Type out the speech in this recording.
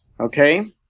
Okay